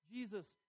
Jesus